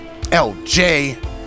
LJ